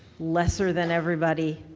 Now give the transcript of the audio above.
lesser than everybody,